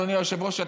אדוני היושב-ראש,